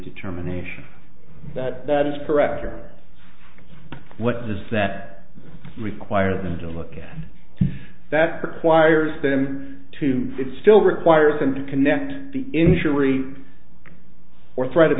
determination that that is correct or what does that require them to look at that point ayers them to it still requires them to connect the injury or threat of